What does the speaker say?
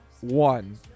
one